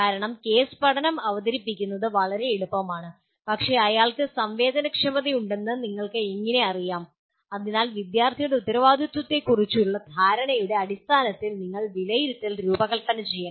കാരണം കേസ് പഠനം അവതരിപ്പിക്കുന്നത് വളരെ എളുപ്പമാണ് പക്ഷേ അയാൾക്ക് സംവേദനക്ഷമതയുണ്ടെന്ന് നിങ്ങൾക്ക് എങ്ങനെ അറിയാം അതിനാൽ വിദ്യാർത്ഥിയുടെ ഉത്തരവാദിത്വത്തെക്കുറിച്ചുള്ള ധാരണയുടെ അടിസ്ഥാനത്തിൽ നിങ്ങൾ വിലയിരുത്തൽ രൂപകൽപ്പന ചെയ്യണം